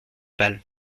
pal